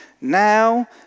now